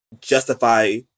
justify